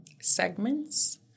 segments